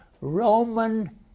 Roman